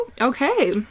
Okay